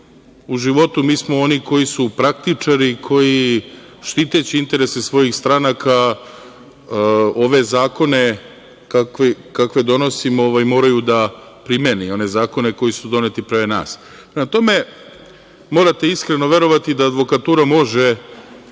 u životu mi smo oni koji su praktičari, koji štiteći interese svojih stranka ove zakone, kakve donosimo, moraju da primene i one zakone koji su doneti pre nas. Prema tome, morate iskreno verovati da advokatura može,